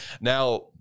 now